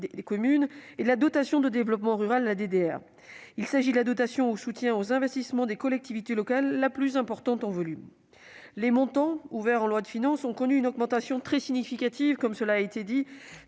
et de la dotation de développement rural (DDR). Il s'agit de la dotation de soutien aux investissements des collectivités locales la plus importante en volume. Depuis sa création, les montants ouverts en loi de finances ont connu une augmentation très significative, dans un contexte